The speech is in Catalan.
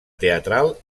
teatral